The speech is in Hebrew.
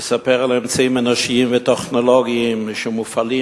יספר על אמצעים אנושיים וטכנולוגיים שמופעלים